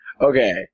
Okay